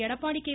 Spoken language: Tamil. எடப்பாடி கே